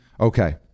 okay